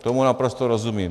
Tomu naprosto rozumím.